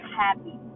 happy